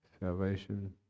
Salvation